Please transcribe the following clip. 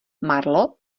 marlo